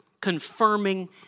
Confirming